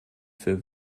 für